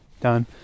done